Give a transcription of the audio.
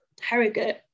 harrogate